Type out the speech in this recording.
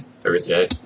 Thursday